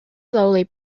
slowly